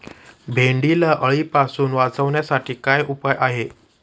भेंडीला अळीपासून वाचवण्यासाठी काय उपाय आहे?